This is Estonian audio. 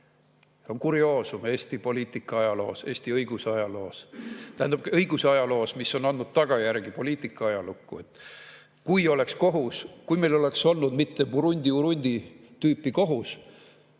See on kurioosum Eesti poliitika ajaloos, Eesti õiguse ajaloos. Tähendab, õiguse ajaloos, [nii et] see on andnud tagajärgi poliitika ajalukku. Kui meil oleks olnud mitte Burundi-Urundi tüüpi kohus,